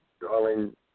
Darling